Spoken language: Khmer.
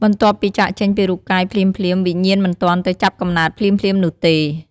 បន្ទាប់ពីចាកចេញពីរូបកាយភ្លាមៗ វិញ្ញាណមិនទាន់ទៅចាប់កំណើតភ្លាមៗនោះទេ។